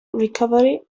recovery